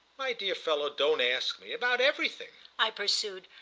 my dear fellow, don't ask me! about everything! i pursued,